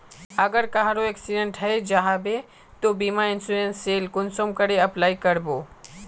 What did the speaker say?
अगर कहारो एक्सीडेंट है जाहा बे तो बीमा इंश्योरेंस सेल कुंसम करे अप्लाई कर बो?